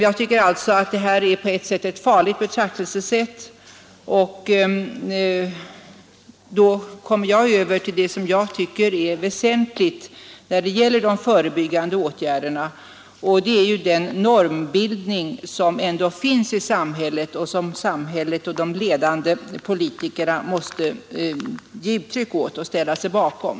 Jag tycker alltså att det här är ett farligt betraktelsesätt, och då kommer jag över till det som jag tycker är väsentligt när det gäller de förebyggande åtgärderna, nämligen den normbildning som ändå finns i samhället och som samhället och de ledande politikerna måste ge uttryck Nr 106 åt och ställa sig bakom.